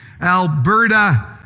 Alberta